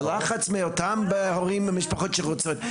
הלחץ מאותם הורים במשפחות שרוצות,